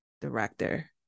director